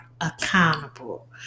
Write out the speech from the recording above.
accountable